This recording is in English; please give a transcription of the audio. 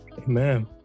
Amen